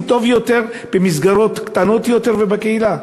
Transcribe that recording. טוב יותר במסגרות קטנות יותר ובקהילה.